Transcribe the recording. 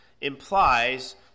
implies